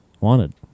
Wanted